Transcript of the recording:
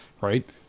right